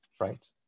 right